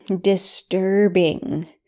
disturbing